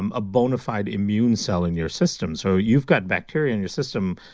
um a bonafide immune cell in your system. so you've got bacteria in your system,